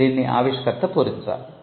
దీన్ని ఆవిష్కర్త పూరించాలి